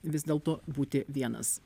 vis dėlto būti vienas